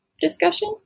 discussion